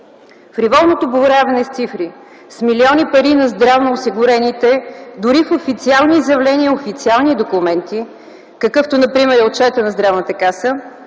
Фриволното боравене с цифри, с милиони пари на здравноосигурените дори в официални изявления, в официални документи, какъвто например е Отчетът на Здравната каса,